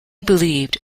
believed